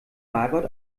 margot